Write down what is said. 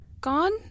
gone